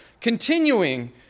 continuing